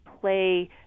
play